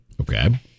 Okay